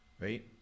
Right